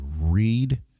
read